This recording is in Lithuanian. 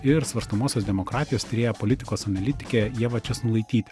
ir svarstomosios demokratijos tyrėja politikos analitikė ieva česnulaitytė